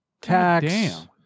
tax